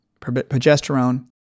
progesterone